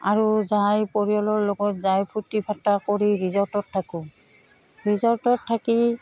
আৰু যাই পৰিয়ালৰ লগত যাই ফূৰ্তি ফাৰ্তা কৰি ৰিজৰ্টত থাকোঁ ৰিজৰ্টত থাকি